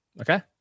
Okay